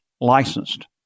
licensed